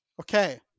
Okay